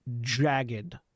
jagged